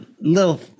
little